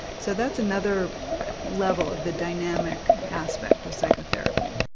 so that's another level of the dynamic aspect of psychotherapy.